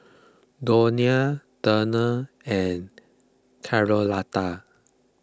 Donia Turner and Charlotta